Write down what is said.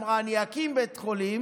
אמרה: אני אקים בית חולים.